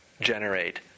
generate